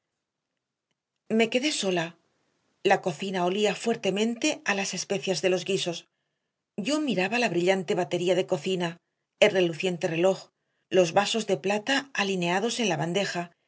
me quedé sola la cocina olía fuertemente a las especias de los guisos yo miraba la brillante batería de cocina el reluciente reloj los vasos de plata alineados en la bandeja y